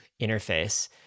interface